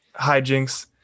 hijinks